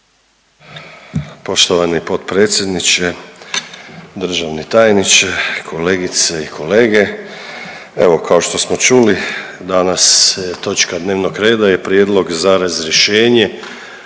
Poštovani potpredsjedniče, državni tajniče, kolegice i kolege. Evo kao što smo čuli danas točka dnevnog reda je Prijedlog za razrješenje,